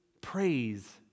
praise